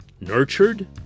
nurtured